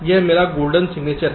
यह मेरा golden signature है